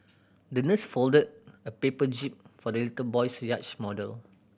the nurse folded a paper jib for the little boy's yacht model